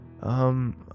Um